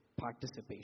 participation